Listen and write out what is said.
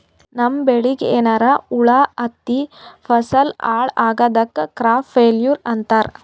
ನಮ್ಮ್ ಬೆಳಿಗ್ ಏನ್ರಾ ಹುಳಾ ಹತ್ತಿ ಫಸಲ್ ಹಾಳ್ ಆಗಾದಕ್ ಕ್ರಾಪ್ ಫೇಲ್ಯೂರ್ ಅಂತಾರ್